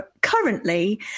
Currently